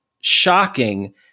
shocking